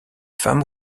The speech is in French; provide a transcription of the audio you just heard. femme